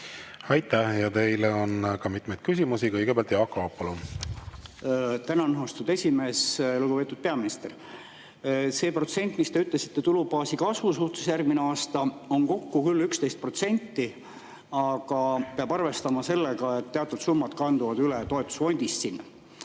Aitäh! Teile on ka mitmeid küsimusi. Kõigepealt Jaak Aab, palun! Tänan, austatud esimees! Lugupeetud peaminister! See protsent, mis te ütlesite tulubaasi kasvu suhtes järgmisel aastal, on kokku küll 11%, aga peab arvestama sellega, et teatud summad kanduvad sinna üle toetusfondist.